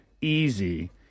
easy